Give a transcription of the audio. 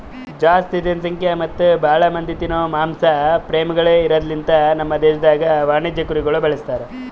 ಜಾಸ್ತಿ ಜನಸಂಖ್ಯಾ ಮತ್ತ್ ಭಾಳ ಮಂದಿ ತಿನೋ ಮಾಂಸ ಪ್ರೇಮಿಗೊಳ್ ಇರದ್ ಲಿಂತ ನಮ್ ದೇಶದಾಗ್ ವಾಣಿಜ್ಯ ಕುರಿಗೊಳ್ ಬಳಸ್ತಾರ್